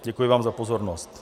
Děkuji vám za pozornost.